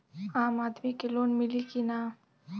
आम आदमी के लोन मिली कि ना?